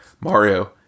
Mario